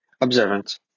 observant